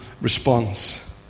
response